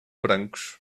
brancos